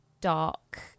dark